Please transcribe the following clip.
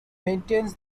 maintains